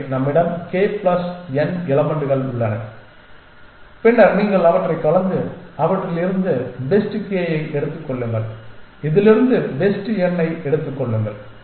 எனவே நம்மிடம் k plus n எலமென்ட்கள் உள்ளன பின்னர் நீங்கள் அவற்றைக் கலந்து அவற்றில் இருந்து பெஸ்ட் கே ஐ எடுத்துக் கொள்ளுங்கள் இதிலிருந்து பெஸ்ட் என் ஐ எடுத்துக் கொள்ளுங்கள்